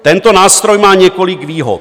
Tento nástroj má několik výhod.